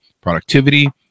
productivity